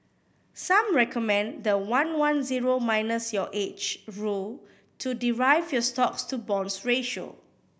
some recommend the one one zero minus your age rule to derive your stocks to bonds ratio